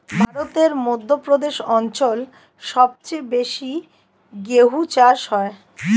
ভারতের মধ্য প্রদেশ অঞ্চল সবচেয়ে বেশি গেহু চাষ হয়